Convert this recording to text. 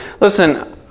Listen